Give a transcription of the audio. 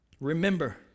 Remember